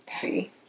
See